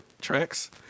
tracks